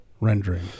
rendering